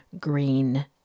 green